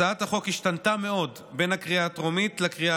הצעת החוק השתנתה מאוד בין הקריאה הטרומית לקריאה